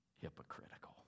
hypocritical